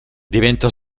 diventa